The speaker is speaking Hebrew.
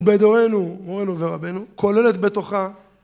בדורנו, מורינו ורבנו, כוללת בתוכה.